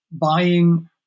buying